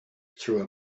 through